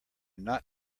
not